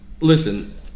listen